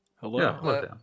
Hello